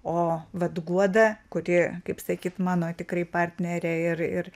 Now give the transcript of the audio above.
o vat guoda kuri kaip sakyt mano tikrai partnerė ir ir